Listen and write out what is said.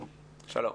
שלום.